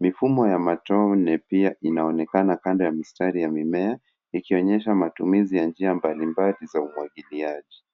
Mifumo ya matone pia inaonekana kando ya mistari ya mimea, ikionyesha matumizi ya njia mbalimbali za umwagiliaji.